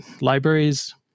libraries